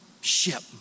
ship